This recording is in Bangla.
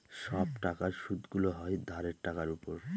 সব টাকার সুদগুলো হয় ধারের টাকার উপর